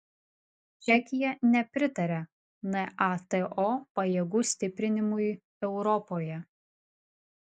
čekija nepritaria nato pajėgų stiprinimui europoje